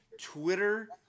Twitter